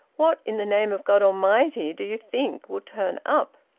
what in the name of god almighty do you think will turn up?